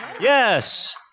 Yes